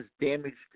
damaged